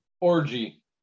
Orgy